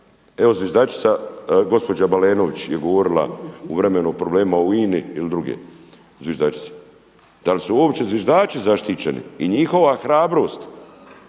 evo zviždačica gospođa Balenović je govorila u vremenu o problemima o INA-u ili druge zviždačice. Da li su opće zviždači zaštićeni i njihova hrabrost